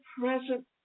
present